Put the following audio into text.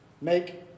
make